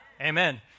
Amen